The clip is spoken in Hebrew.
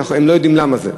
שהם לא יודעים למה זה.